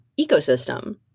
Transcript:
ecosystem